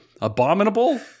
Abominable